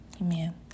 Amen